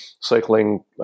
Cycling